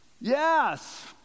Yes